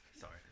sorry